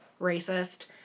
racist